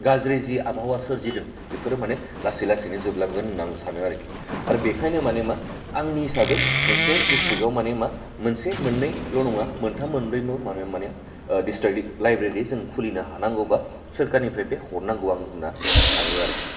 गाज्रि जि आबहावा सोरजिदों बेफोरो माने लासै लासैनो जोबलांगोन होनना आं सानो आरखि आरो बिखायनो माने मा आंनि हिसाबै मोनसे डिसट्रिकआव माने मा मोनसे मोननैल' नङा मोनथाम मोनब्रैबो मोनो माने डिसट्रिक लाइब्रेरि जों खुलिनो हानांगौब्ला सोरखारनिफ्रायबो हरनांगौ आं होनना सानो आरखि